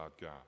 God